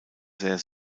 sehr